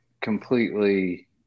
completely